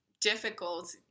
difficult